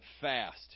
fast